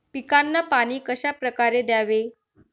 पिकांना पाणी कशाप्रकारे द्यावे?